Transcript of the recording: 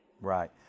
Right